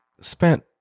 spent